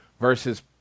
versus